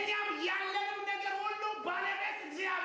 yeah yeah